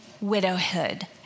widowhood